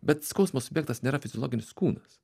bet skausmo subjektas nėra fiziologinis kūnas